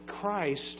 Christ